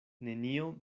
nenio